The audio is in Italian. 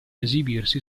esibirsi